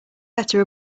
better